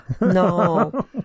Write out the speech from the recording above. No